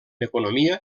economia